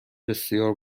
بسیار